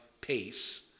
pace